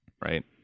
right